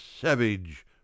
savage